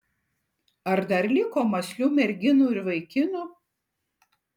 ar dar liko mąslių merginų ir vaikinų